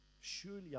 Surely